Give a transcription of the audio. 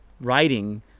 writing